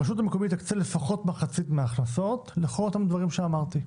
הרשות המקומית תקצה לפחות מחצית מההכנסות לכל אותם דברים שאמרתי.